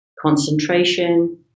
concentration